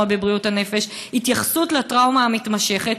בבריאות הנפש התייחסות לטראומה המתמשכת,